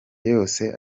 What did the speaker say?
yose